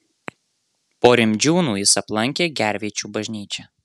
po rimdžiūnų jis aplankė gervėčių bažnyčią